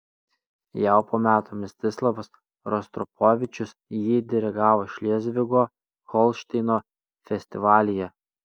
jau po metų mstislavas rostropovičius jį dirigavo šlėzvigo holšteino festivalyje